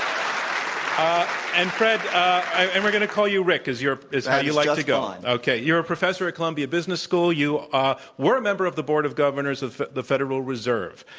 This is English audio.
um frederic, and we're going to call you rick is your is how you like to go, and okay. you're a professor at columbia business school. you ah were a member of the board of governors of the federal reserve.